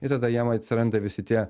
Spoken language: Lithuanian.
ir tada jam atsiranda visi tie